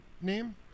name